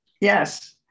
Yes